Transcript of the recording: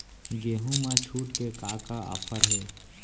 गेहूँ मा छूट के का का ऑफ़र हे?